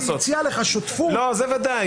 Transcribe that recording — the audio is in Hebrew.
אם בן אדם הגיע והציע לך שותפות --- זה ודאי.